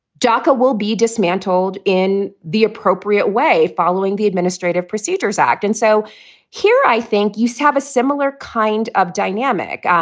doca will be dismantled in the appropriate way following the administrative procedures act. and so here i think you so have a similar kind of dynamic.